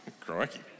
Crikey